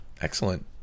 excellent